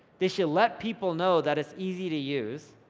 they should let people know that it's easy to use.